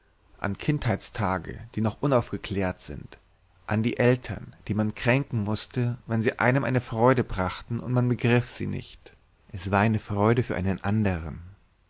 an kindheitstage die noch unaufgeklärt sind an die eltern die man kränken mußte wenn sie einem eine freude brachten und man begriff sie nicht es war eine freude für einen anderen